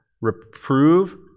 Reprove